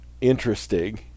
interesting